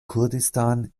kurdistan